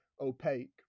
opaque